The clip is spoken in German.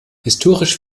historisch